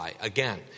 again